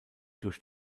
durch